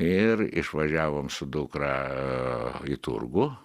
ir išvažiavom su dukra į turgų